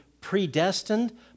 predestined